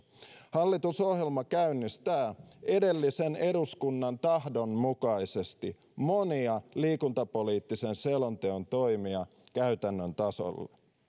hallitusohjelma käynnistää edellisen eduskunnan tahdon mukaisesti monia liikuntapoliittisen selonteon toimia käytännön tasolla